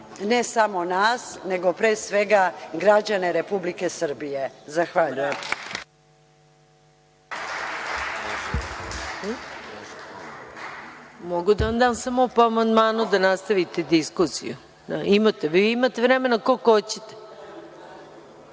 ne samo nas, nego pre svega građane Republike Srbije. Zahvaljujem.(Nenad